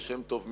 ליה שמטוב,